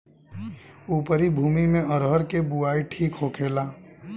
उपरी भूमी में अरहर के बुआई ठीक होखेला?